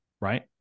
right